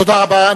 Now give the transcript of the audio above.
תודה רבה.